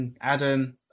Adam